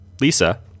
Lisa